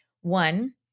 One